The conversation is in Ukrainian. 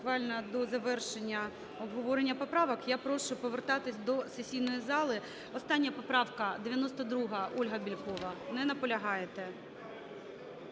до завершення обговорення поправок. Я прошу повертатися до сесійної зали. Остання поправка - 92-а, Ольга Бєлькова. Не наполягаєте?